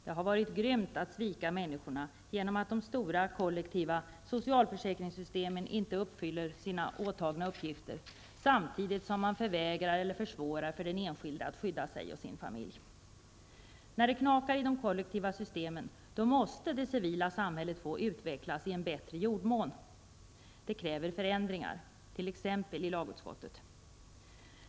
Det har varit grymt att svika människorna genom att de stora kollektiva socialförsäkringssystemen inte uppfyller sina åtagna uppgifter, samtidigt som man förvägrar eller försvårar för den enskilde att skydda sig och sin familj. När det knakar i de kollektiva systemen, måste det civila samhället få utvecklas i en bättre jordmån. Det kräver förändringar, t.ex. i lagutskottet.